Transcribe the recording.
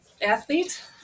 athlete